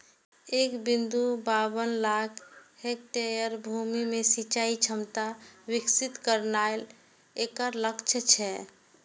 एक बिंदु बाबन लाख हेक्टेयर भूमि मे सिंचाइ क्षमता विकसित करनाय एकर लक्ष्य छै